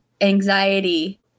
anxiety